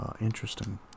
interesting